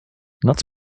noc